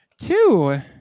Two